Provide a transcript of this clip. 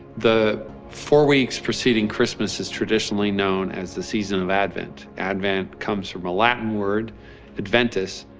the four weeks preceding christmas is traditionally known as the season of advent. advent comes from a latin word adventus,